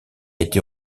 été